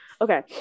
Okay